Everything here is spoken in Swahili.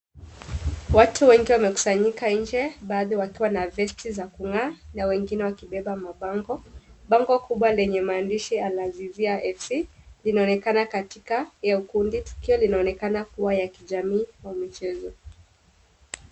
Watu wengi wamekusanyika nje baadhi wakiwa na vesti za kung'aa na wengine wakibeba mabango. Bango kubwa lenye maandishi ya alhazizia f c yanaonekana katika hiyo kundi. Tukio laonekana kuwa la kijamii wa michezo.